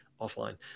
offline